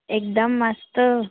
एकदमु मस्तु